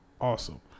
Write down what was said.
awesome